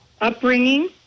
upbringing